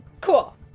Cool